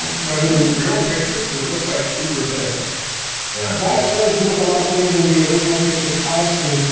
um now are these real pictures coz it looks like uber thin? dan yeah that does look a lot thinner than the original pictures i've seen.